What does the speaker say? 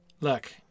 Look